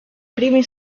primi